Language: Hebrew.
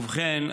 ובכן,